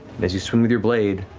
as you swing with your blade,